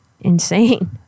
insane